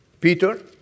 Peter